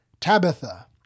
Tabitha